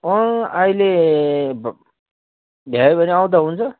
अँ अहिले भ भ्यायो भने आउँदा हुन्छ